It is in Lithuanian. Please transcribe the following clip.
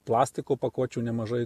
plastiko pakuočių nemažai